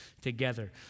together